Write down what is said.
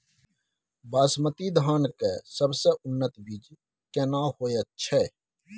बासमती धान के सबसे उन्नत बीज केना होयत छै?